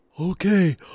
Okay